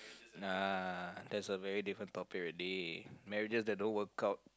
nah that's a very different topic already marriages that don't work out